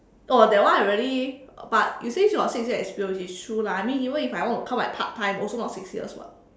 oh that one I really but you say she got six year experience which is true lah I mean even if I want to count my part time also not six years [what]